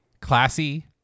classy